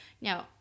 Now